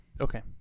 Okay